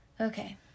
Okay